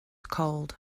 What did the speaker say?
cold